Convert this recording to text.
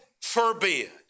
forbid